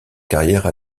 carrière